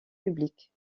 publique